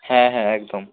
হ্যাঁ হ্যাঁ একদম